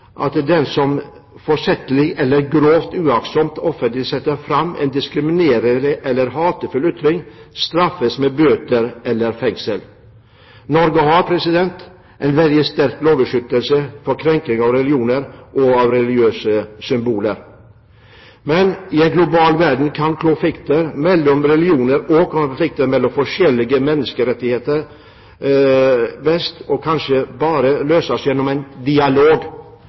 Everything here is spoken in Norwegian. at det er den som forsettlig eller grovt uaktsomt offentlig setter fram en diskriminerende eller hatefull ytring, straffes med bøter eller fengsel. Norge har en veldig sterk lovbeskyttelse for krenking av religioner og religiøse symboler. Men i en global verden kan konflikter mellom religioner og konflikter mellom forskjellige menneskerettigheter best – og kanskje bare – løses gjennom dialog.